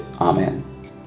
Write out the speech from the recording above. Amen